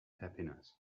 happiness